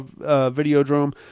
Videodrome